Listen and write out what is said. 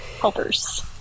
helpers